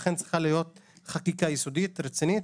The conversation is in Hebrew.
לכן צריכה להיות חקיקה יסודית, רצינית,